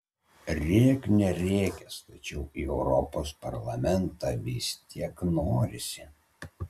rėk nerėkęs tačiau į europos parlamentą vis tiek norisi